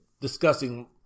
discussing